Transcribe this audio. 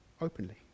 openly